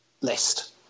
list